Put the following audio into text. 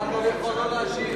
אין חובה להשיב.